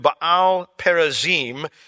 Baal-perazim